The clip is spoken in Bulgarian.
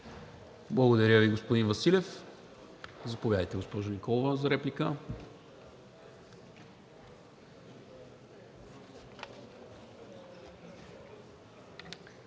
Благодаря Ви, господин Василев. Заповядайте, госпожо Николова, за реплика.